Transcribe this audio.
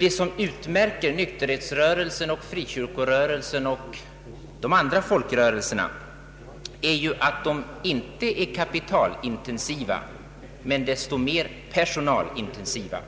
Det som utmärker nykterhetsrörelsen, frikyrkorörelsen och de övriga folkrörelserna är ju att de inte är kapitalintensiva men desto mer personalintensiva.